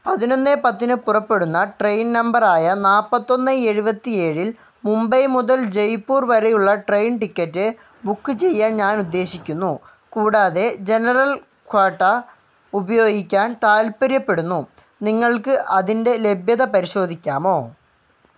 പതിനൊന്ന് പത്തിന് പുറപ്പെടുന്ന ട്രെയിൻ നമ്പറായ നാൽപ്പത്തൊന്ന് എഴുപത്തി ഏഴിൽ മുംബൈ മുതൽ ജയ്പൂർ വരെയുള്ള ട്രെയിൻ ടിക്കറ്റ് ബുക്ക് ചെയ്യാൻ ഞാൻ ഉദ്ദേശിക്കുന്നു കൂടാതെ ജനറൽ ക്വാട്ട ഉപയോഗിക്കാൻ താൽപ്പര്യപ്പെടുന്നു നിങ്ങൾക്ക് അതിൻ്റെ ലഭ്യത പരിശോധിക്കാമോ